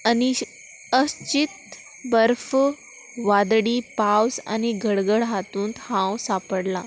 अनिश अस्चीत बर्फ वादडी पावस आनी गडगड हातूंत हांव सापडलां